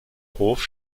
hof